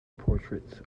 portraits